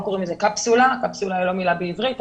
לא קוראים לזה קפסולה כי זו לא מילה בעברית.